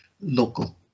local